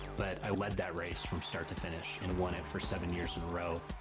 but i led that race from start to finish, and won it for seven years in a row,